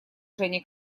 женя